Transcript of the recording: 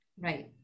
Right